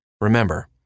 Remember